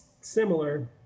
similar